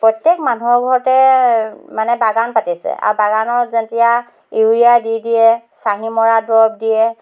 প্ৰত্যেক মানুহৰ ঘৰতে মানে বাগান পাতিছে আৰু বাগানত যেতিয়া ইউৰিয়া দি দিয়ে চাঁহী মৰা দৰৱ দিয়ে